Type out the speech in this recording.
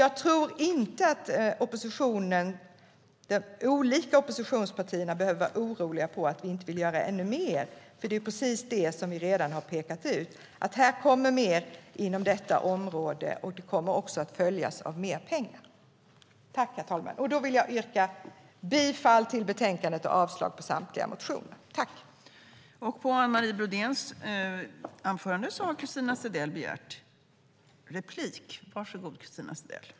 Jag tror inte att de olika oppositionspartierna behöver vara oroliga för att vi inte vill göra ännu mer, för det är precis detta vi redan har pekat ut. Det kommer mer inom detta område, och det kommer också att följas av mer pengar. Jag vill yrka bifall till utskottets förslag och avslag på samtliga motioner.